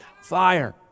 fire